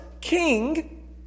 King